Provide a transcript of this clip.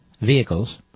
vehicles